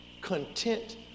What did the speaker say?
content